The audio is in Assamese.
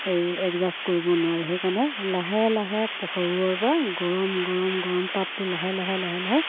এই এডজাষ্ট কৰিব নোৱাৰে সেইকাৰণে লাহে লাহে সৰুৰপৰা গৰম গৰম গৰম তাপটো লাহে লাহে লাহে লাহে